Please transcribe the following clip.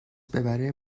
ببره